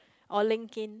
or linkedIn